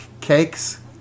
Cakes